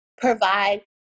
provide